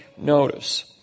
notice